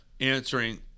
answering